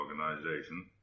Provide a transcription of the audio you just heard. Organization